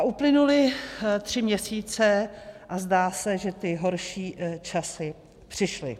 Uplynuly tři měsíce a zdá se, že ty horší časy přišly.